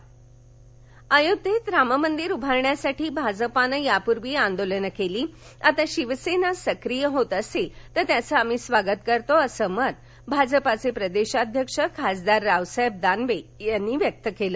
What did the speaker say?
दानवे अयोध्येत राम मंदिर उभारण्यासाठी भाजपानं यापूर्वी आंदोलनं केली आता शिवसेना सक्रिय होत असेल तर त्यांचं आम्ही स्वागत करतो अस मत भाजपाचे प्रदेशाध्यक्ष खासदार रावसाहेब दानवे यांनी व्यक्त केलं